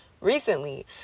recently